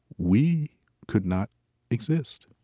we could not exist.